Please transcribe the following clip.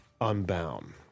Unbound